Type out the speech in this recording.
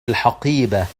الحقيبة